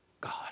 God